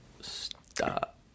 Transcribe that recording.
Stop